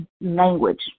language